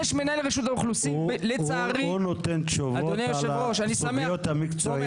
הוא נותן תשובות על הסוגיות המקצועיות.